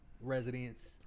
residents